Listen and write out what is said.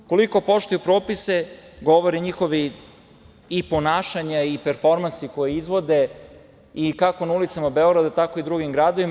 Koliko poštuju propise govore njihova ponašanja i performansi koje izvode kako na ulicama Beograda, tako i u drugim gradovima.